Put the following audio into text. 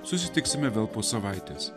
susitiksime vėl po savaitės